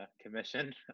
commission